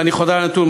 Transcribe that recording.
ואני חוזר על הנתון,